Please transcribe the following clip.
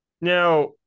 Now